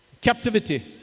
Captivity